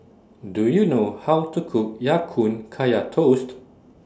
Do YOU know How to Cook Ya Kun Kaya Toast